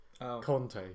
Conte